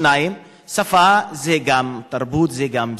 דבר שני, שפה זה גם תרבות, זה גם זהות,